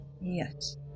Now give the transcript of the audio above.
Yes